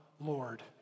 Lord